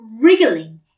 Wriggling